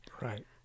Right